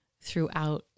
throughout